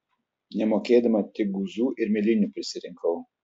nemokėdama tik guzų ir mėlynių prisirinkau